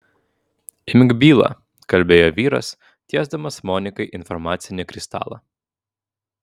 imk bylą kalbėjo vyras tiesdamas monikai informacinį kristalą